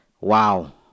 wow